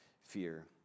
fear